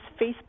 Facebook